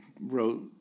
wrote